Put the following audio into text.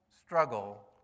struggle